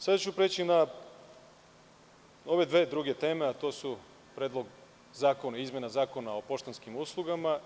Sada ću preći na drugu teme, a to je Predlog zakona o izmeni Zakona o poštanskim uslugama.